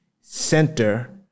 center